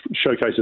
showcases